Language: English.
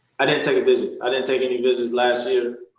i didn't take a visit. i didn't take any visits last year.